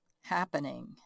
happening